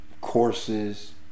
courses